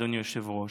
אדוני היושב-ראש,